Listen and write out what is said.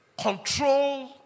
control